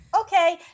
okay